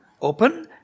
open